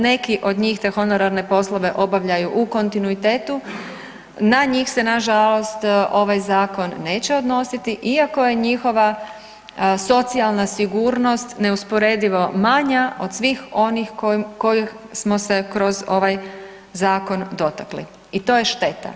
Neki od njih te honorarne povremene poslove obavljaju u kontinuitetu, na njih se nažalost ovaj zakon neće odnositi, iako je njihova socijalna sigurnost neusporedivo manja od svih onih kojih smo se kroz ovaj zakon dotakli i to je šteta.